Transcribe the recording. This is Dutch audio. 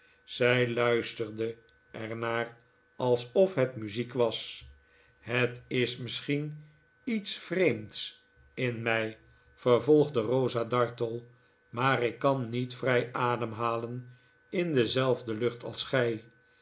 zij luisterde er naar alsof het muziek was het is misschien iets vreemds in mij vervolgde rosa dartle maar ik kan niet vrij ademhalen in dezelfde lucht als gij